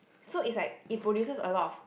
so is like it produces a lot of